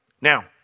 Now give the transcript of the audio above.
Now